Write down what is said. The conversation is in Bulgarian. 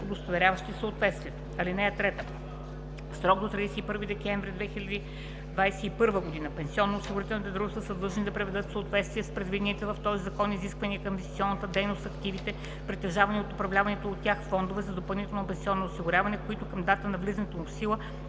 удостоверяващи съответствието. (3) В срок до 31 декември 2021 г. пенсионноосигурителните дружества са длъжни да приведат в съответствие с предвидените в този закон изисквания към инвестиционната дейност активите, притежавани от управляваните от тях фондове за допълнително пенсионно осигуряване, които към датата на влизането му в сила